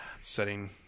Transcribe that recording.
Setting